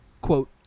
quote